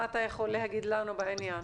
מה אתה יכול להגיד לנו בעניין?